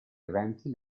eventi